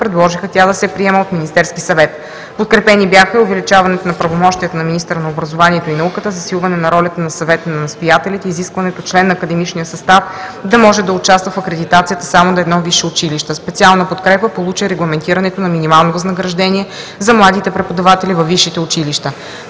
предложиха тя да се приема от Министерския съвет. Подкрепени бяха и увеличаването на правомощията на министъра на образованието и науката, засилване на ролята на Съвета на настоятелите, изискването член на академичния състав да може да участва в акредитацията само на едно висше училище. Специална подкрепа получи регламентирането на минимално възнаграждение за младите преподаватели във висшите училища.